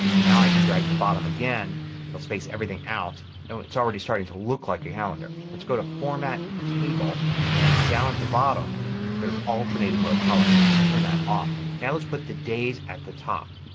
now i can drag the bottom again and it will space everything out and it's already starting to look like a calendar. let's go to format, table and down at the bottom there is alternating row color. let's turn that off. now let's put the days at the top.